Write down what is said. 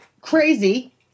crazy